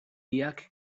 biak